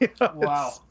Wow